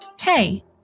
Hey